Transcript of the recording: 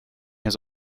has